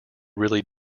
really